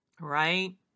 right